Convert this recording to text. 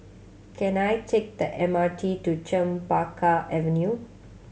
can I take the M R T to Chempaka Avenue